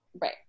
Right